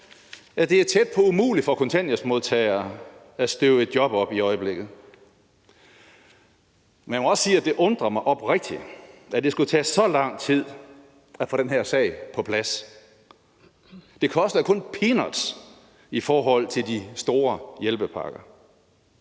er tæt på umuligt for kontanthjælpsmodtagere at støve et job op i øjeblikket. Men jeg må også sige, at det undrer mig oprigtigt, at det skulle tage så lang tid at få den her sag på plads; det koster kun peanuts i forhold til de store hjælpepakker.